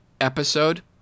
episode